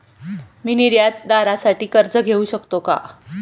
मी निर्यातदारासाठी कर्ज घेऊ शकतो का?